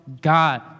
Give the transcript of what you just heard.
God